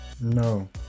No